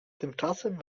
tymczasem